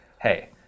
hey